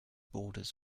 borders